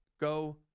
go